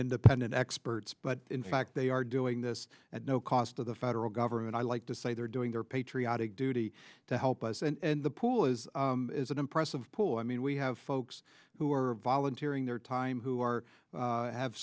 independent experts but in fact they are doing this at no cost to the federal government i like to say they're doing their patriotic duty to help us and the pool is an impressive poor i mean we have folks who are volunteering their time who are have